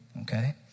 Okay